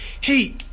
hey